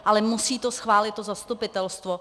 Ale musí to schválit to zastupitelstvo.